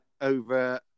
over